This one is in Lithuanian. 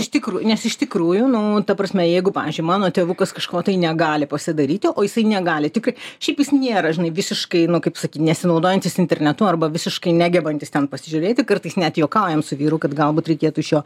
iš tikru nes iš tikrųjų nu ta prasme jeigu pavyzdžiui mano tėvukas kažko tai negali pasidaryti o jisai negali tik šiaip jis nėra žinai visiškai nu kaip sakyt nesinaudojantis internetu arba visiškai negebantis ten pasižiūrėti kartais net juokaujam su vyru kad galbūt reikėtų iš jo